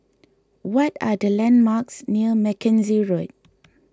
what are the landmarks near Mackenzie Road